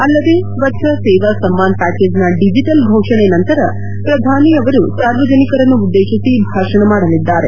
ಅಲ್ಲದೆ ಸ್ವಚ್ದ ಸೇವಾ ಸಮ್ಮಾನ್ ಪ್ಯಕೇಜ್ನ ಡಿಜೆಟಲ್ ಫೋಷಣೆ ನಂತರ ಪ್ರಧಾನಿಯವರು ಸಾರ್ವಜನಿಕರನ್ನು ಉದ್ದೇಶಿಸಿ ಭಾಷಣ ಮಾಡಲಿದ್ದಾರೆ